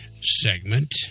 segment